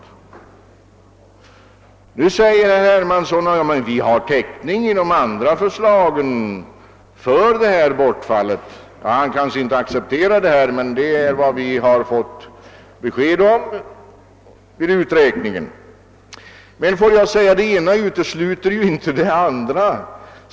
Nu påstår herr Hermansson att vpk genom sina andra förslag har täckning för det här bortfallet. Han kanske inte accepterar vad vi sagt därom, men det är det besked vi har fått vid uträkningen. Men det ena utesluter inte det andra.